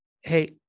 Hey